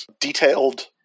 detailed